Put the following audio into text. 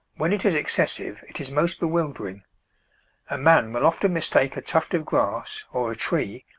when it is excessive, it is most bewildering a man will often mistake a tuft of grass, or a tree,